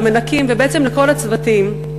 למנקים ובעצם לכל הצוותים.